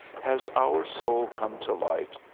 has our soul come to light,